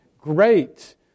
great